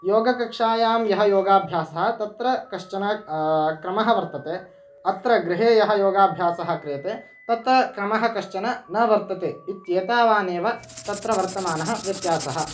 योगकक्षायां यः योगाभ्यासः तत्र कश्चन क्रमः वर्तते अत्र गृहे यः योगाभ्यासः क्रियते तत्र क्रमः कश्चन न वर्तते इत्येतावानेव तत्र वर्तमानः व्यत्यासः